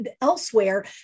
elsewhere